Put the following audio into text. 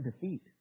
defeat